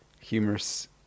humorous